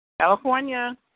California